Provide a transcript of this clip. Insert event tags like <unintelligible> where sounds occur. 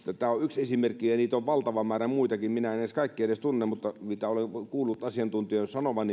tämä on yksi esimerkki ja ja niitä on valtava määrä muitakin minä en kaikkia edes tunne mutta ne viestit mitä olen kuullut asiantuntijoiden sanovan <unintelligible>